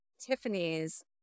Tiffany's